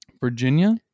Virginia